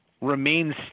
remains